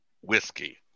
whiskey